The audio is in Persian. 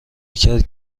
کرد